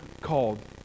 called